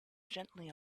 gently